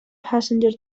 passenger